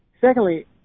Secondly